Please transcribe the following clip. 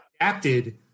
adapted